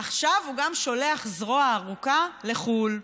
עכשיו הוא גם שולח זרוע ארוכה לחו"ל.